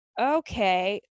okay